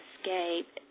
escape